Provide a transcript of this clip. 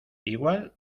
igual